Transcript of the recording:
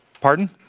Pardon